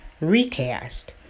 Recast